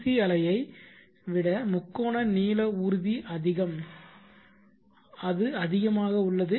C அலையை விட முக்கோண நீல ஊர்தி அதிகம் அது அதிகமாக உள்ளது